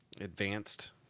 advanced